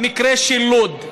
המקרה של לוד,